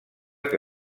que